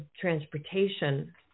transportation